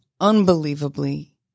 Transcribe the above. unbelievably